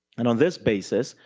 and on this basis,